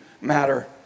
matter